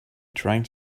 trying